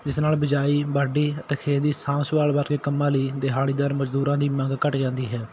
ਜਿਸ ਨਾਲ ਬਿਜਾਈ ਵਾਢੀ ਅਤੇ ਖੇਤ ਦੀ ਸਾਂਭ ਸੰਭਾਲ ਵਰਗੇ ਕੰਮਾਂ ਲਈ ਦਿਹਾੜੀਦਾਰ ਮਜ਼ਦੂਰਾਂ ਦੀ ਮੰਗ ਘੱਟ ਜਾਂਦੀ ਹੈ